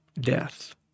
death